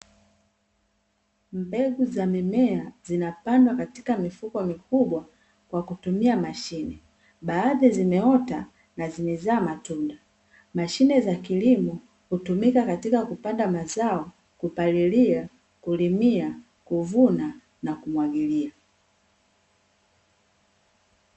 Mbegu za mimea zinapandwa katika mifuko mikubwa kwa kutumia mashine, baadhi zimeota na zimezaa matunda. Mashine za kilimo hutumika katika kupanda mazao, kupalilia, kulimia, kuvuna na kumwagilia.